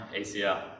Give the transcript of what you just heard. ACL